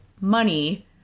money